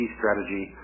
strategy